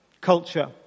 Culture